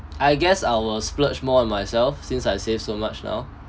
I guess I'll splurge more on myself since I saved so much now